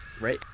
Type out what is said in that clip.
right